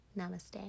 namaste